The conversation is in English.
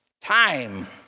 time